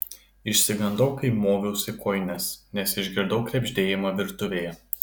išsigandau kai moviausi kojines nes išgirdau krebždėjimą virtuvėje